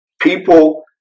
people